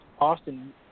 Austin